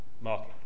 market